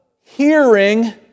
hearing